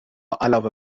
علاوه